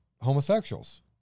homosexuals